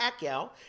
Pacquiao